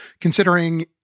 considering